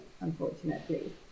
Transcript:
unfortunately